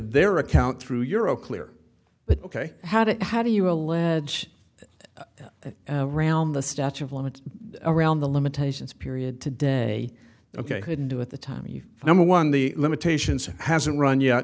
their account through euro clear but ok how did how do you allege that around the statue of limits around the limitations period today ok couldn't do at the time you number one the limitations hasn't run yet